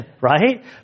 Right